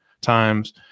times